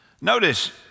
Notice